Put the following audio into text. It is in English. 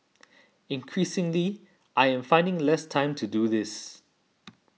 increasingly I am finding less time to do this